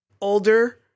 older